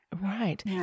Right